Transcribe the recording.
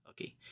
Okay